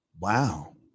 Wow